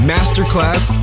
Masterclass